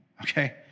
okay